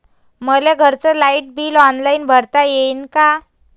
मले घरचं light bill online भरता येईन का?